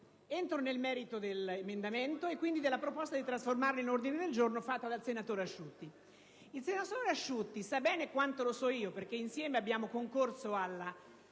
entro nel merito dell'emendamento e, quindi, della proposta di trasformazione in ordine del giorno fatta dal senatore Asciutti. Il senatore Asciutti sa bene quanto me, avendo concorso insieme alla stesura